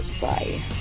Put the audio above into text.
bye